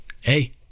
hey